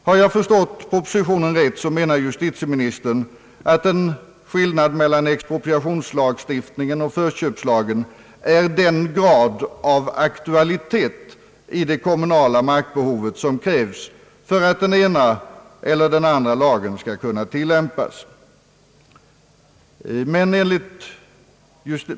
Har jag förstått propositionen rätt, menar justitieministern att en betydelsefull skillnad mellan expropriationslagstiftningen och förköpslagen är den grad av aktualitet i det kommunala markbehovet som krävs för att den ena eller den andra lagen skall kunna tillämpas.